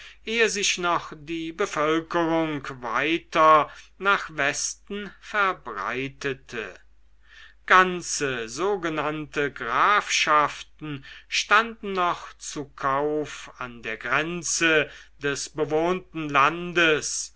ehe sich noch die bevölkerung weiter nach westen verbreitete ganze sogenannte grafschaften standen noch zu kauf an der grenze des bewohnten landes